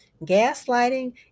Gaslighting